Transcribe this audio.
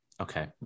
Okay